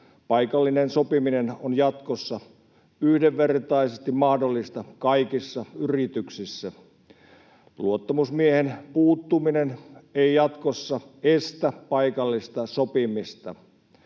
Paikallinen sopiminen on jatkossa yhdenvertaisesti mahdollista kaikissa yrityksissä. Luottamusmiehen puuttuminen ei jatkossa estä paikallista sopimista.